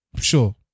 Sure